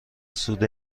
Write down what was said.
سود